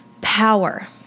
power